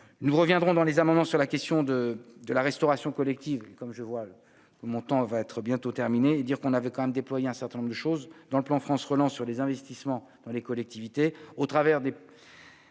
Nous reviendrons dans les amendements sur la question de de la restauration collective, comme je vois le montant va être bientôt terminé et dire qu'on avait quand même déployé un certain nombre de choses dans le plan France relance sur les investissements dans les collectivités,